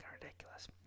ridiculous